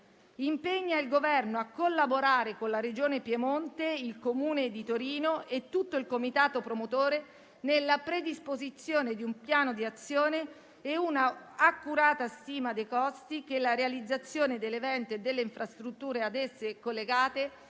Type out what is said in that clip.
impegna il Governo: 1) a collaborare con la Regione Piemonte, il Comune di Torino e tutto il comitato promotore nella predisposizione di un piano d'azione e un'accurata stima dei costi che la realizzazione dell'evento e delle infrastrutture ad esso collegate